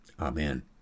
Amen